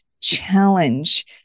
challenge